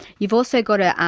you've also got to,